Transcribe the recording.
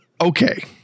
okay